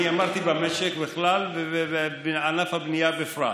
אמרתי: במשק בכלל ובענף הבנייה בפרט.